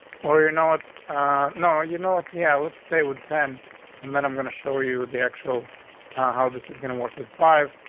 or you know what? no. you know what? yeah, let's stay with ten and then i'm gonna show you with the actual how this is gonna work with five.